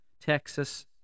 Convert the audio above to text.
Texas